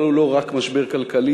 אבל הוא לא רק משבר כלכלי,